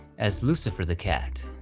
as lucifer the cat.